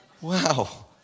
Wow